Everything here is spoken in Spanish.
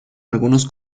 algunos